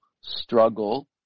struggle